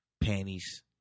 panties